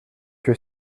que